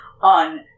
on